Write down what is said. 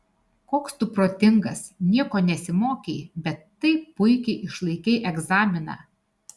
koks tu protingas nieko nesimokei bet taip puikiai išlaikei egzaminą